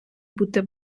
бути